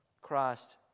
Christ